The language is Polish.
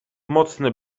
mocne